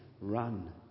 run